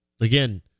again